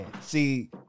See